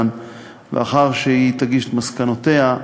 לאחר שהיא תגיש את מסקנותיה,